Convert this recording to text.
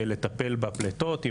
לטפל בפלטות,